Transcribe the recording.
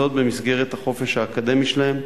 זאת במסגרת החופש האקדמי שלהם,